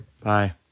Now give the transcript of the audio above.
bye